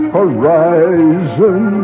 horizon